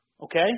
Okay